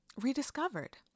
rediscovered